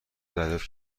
دریافت